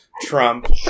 Trump